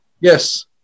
Yes